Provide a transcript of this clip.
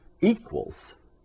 equals